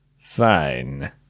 fine